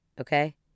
Okay